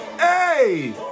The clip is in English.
Hey